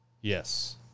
Yes